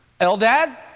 Eldad